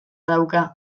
dauka